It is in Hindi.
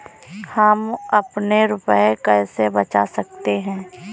हम अपने रुपये कैसे बचा सकते हैं?